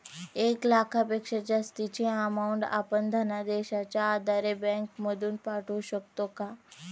एक लाखापेक्षा जास्तची अमाउंट आपण धनादेशच्या आधारे बँक मधून पाठवू शकतो का?